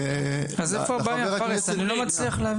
אז איפה הבעיה פארס, אני לא מצליח להבין?